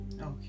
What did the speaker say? okay